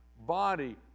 body